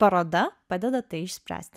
paroda padeda tai išspręsti